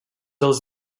els